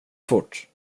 fort